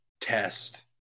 test